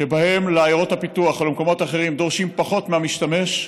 שבהם בעיירות הפיתוח או במקומות אחרים דורשים פחות מהמשתמש,